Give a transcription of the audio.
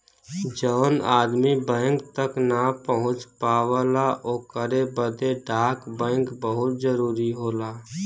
जौन आदमी बैंक तक ना पहुंच पावला ओकरे बदे डाक बैंक बहुत जरूरी होला